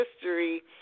history